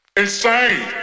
insane